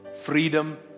freedom